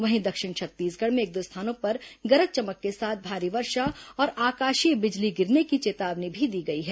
वहीं दक्षिण छत्तीसगढ़ में एक दो स्थानों पर गरज चमक के साथ भारी वर्षा और आकाशीय बिजली गिरने की चेतावनी भी दी गई है